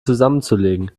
zusammenzulegen